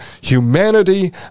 humanity